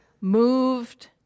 moved